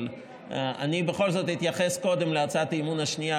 אבל אני בכל זאת אתייחס קודם להצעת האי-אמון השנייה,